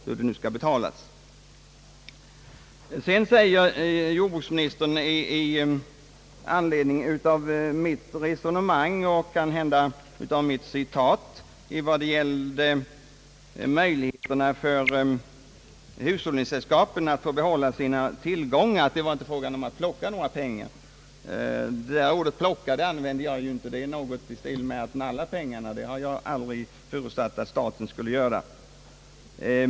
Vidare framhåller jordbruksministern i anledning av mitt resonemang och kanhända även det av mig anförda citatet om möjligheterna för hushållningssällskapen att få behålla sina tillgångar, att det inte var fråga om att »plocka» några pengar. Ordet »plocka» användes inte av mig. Det innebär närmast att pengarna skulle stjälas, och det har jag aldrig förutsatt att staten skulle göra.